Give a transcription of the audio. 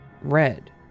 red